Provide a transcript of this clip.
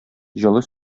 җылы